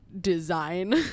design